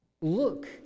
look